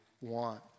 want